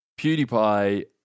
PewDiePie